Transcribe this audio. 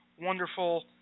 wonderful